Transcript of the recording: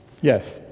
Yes